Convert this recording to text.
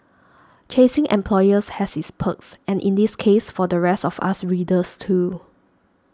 chasing employers has its perks and in this case for the rest of us readers too